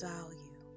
value